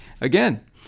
again